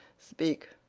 speak.